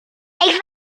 weiß